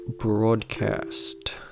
Broadcast